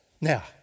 now